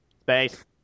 Space